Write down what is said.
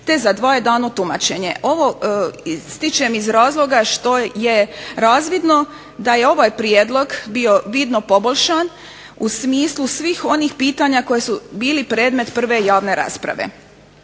te za dva je dano tumačenje. Ovo ističem iz razloga što je razvidno da je ovaj prijedlog bio bitno poboljšan u smislu svih onih pitanja koja su bila predmet prve javne rasprave.